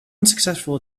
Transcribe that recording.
unsuccessful